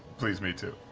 please me too.